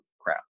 crap